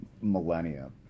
Millennia